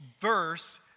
verse